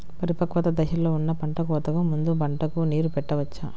పరిపక్వత దశలో ఉన్న పంట కోతకు ముందు పంటకు నీరు పెట్టవచ్చా?